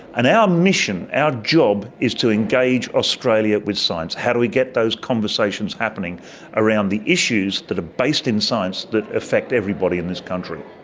and our mission, our job is to engage australia with science, how do we get those conversations happening around the issues that are based in science that affect everybody in this country.